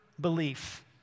belief